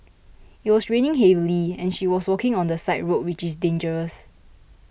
it was raining heavily and she was walking on the side road which is dangerous